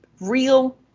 real